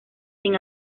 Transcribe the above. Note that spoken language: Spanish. sin